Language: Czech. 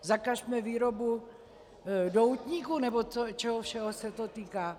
Zakažme výrobu doutníků nebo čeho všeho se to týká.